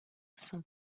sont